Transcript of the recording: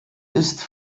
ist